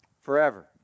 Forever